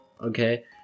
okay